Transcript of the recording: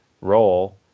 role